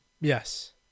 Yes